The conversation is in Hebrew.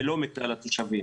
ולא מכלל התושבים.